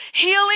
Healing